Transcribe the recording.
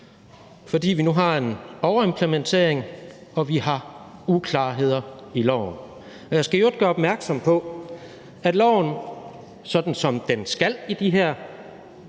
fordi vi nu får en overimplementering og uklarheder i loven. Jeg skal i øvrigt gøre opmærksom på, at loven, sådan som den skal i de her